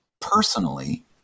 personally